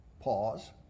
pause